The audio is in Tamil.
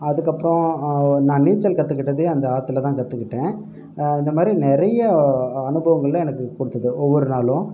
அதுக்கப்புறம் நான் நீச்சல் கற்றுக்கிட்டது அந்த ஆத்தில் தான் கற்றுக்கிட்டன் இந்த மாதிரி நிறைய அனுபவங்களை எனக்கு கொடுத்தது ஒவ்வொரு நாளும்